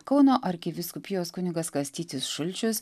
kauno arkivyskupijos kunigas kastytis šulčius